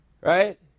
right